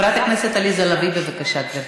חברת הכנסת עליזה לביא, בבקשה, גברתי.